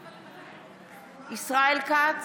בעד ישראל כץ,